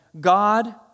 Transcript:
God